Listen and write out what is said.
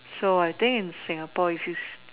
so I think in Singapore is this